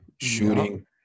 Shooting